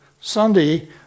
Sunday